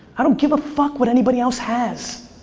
i don't give a fuck what anybody else has.